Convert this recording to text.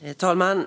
Fru talman!